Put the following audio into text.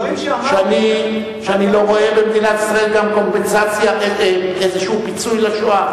שאני לא רואה במדינת ישראל איזה פיצוי לשואה,